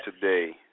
today